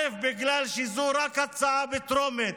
ראשית, בגלל שזאת רק הצעה טרומית,